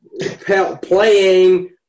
playing